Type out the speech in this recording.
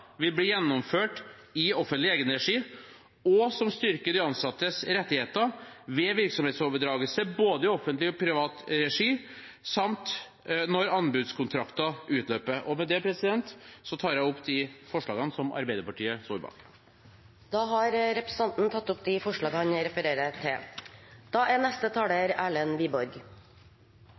gjennomført i offentlig egenregi, og som styrker de ansattes rettigheter ved virksomhetsoverdragelse i både offentlig og privat regi samt når anbudskontrakter utløper. Med det tar jeg opp de forslagene som Arbeiderpartiet står bak. Representanten Arild Grande har tatt opp de forslagene han refererte til. Arbeidstakers rettigheter er